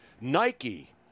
Nike